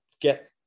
get